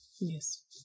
Yes